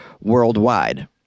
worldwide